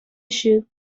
issued